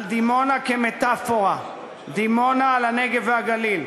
על דימונה כמטפורה, דימונה, לנגב ולגליל.